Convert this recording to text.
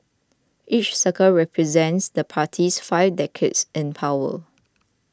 each circle represents the party's five decades in power